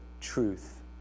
truth